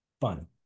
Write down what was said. Fun